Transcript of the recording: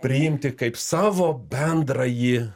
priimti kaip savo bendrąjį